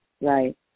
Right